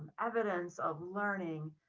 evidence of learning,